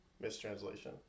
mistranslation